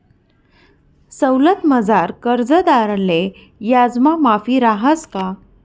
सवलतमझार कर्जदारले याजमा माफी रहास का?